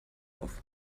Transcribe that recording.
auf